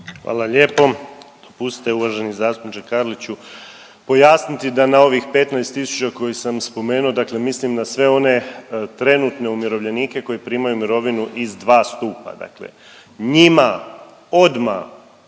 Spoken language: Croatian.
razumije./... uvaženi zastupniče Karliću. Pojasniti da na ovih 15 tisuća koje sam spomenuo, dakle mislim na sve one trenutne umirovljenike koji primaju mirovinu iz dva stupa, dakle njima odmah